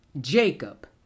Jacob